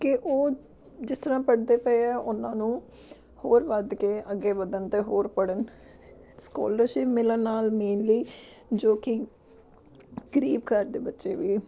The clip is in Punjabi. ਕਿ ਉਹ ਜਿਸ ਤਰ੍ਹਾਂ ਪੜ੍ਹਦੇ ਪਏ ਆ ਉਹਨਾਂ ਨੂੰ ਹੋਰ ਵੱਧ ਕੇ ਅੱਗੇ ਵਧਣ ਅਤੇ ਹੋਰ ਪੜ੍ਹਨ ਸਕੋਲਰਸ਼ਿਪ ਮਿਲਣ ਨਾਲ ਮੇਨਲੀ ਜੋ ਕਿ ਗਰੀਬ ਘਰ ਦੇ ਬੱਚੇ ਵੀ